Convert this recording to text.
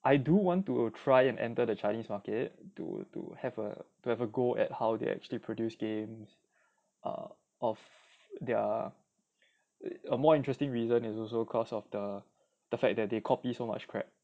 I do want to try and enter the chinese market to to have a to have a go at how they actually produce games err of there are a more interesting reason is also because of the the fact that they copy so much crap